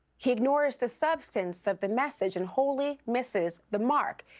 he ignores the substance of the message and holding misses the mark.